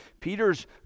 Peter's